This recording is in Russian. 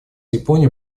япония